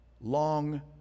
long